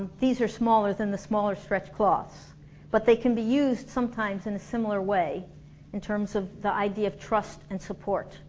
these are smaller than the smaller stretch cloths but they can be used sometimes in a similar way in terms of the idea of trust and support